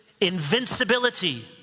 invincibility